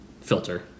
filter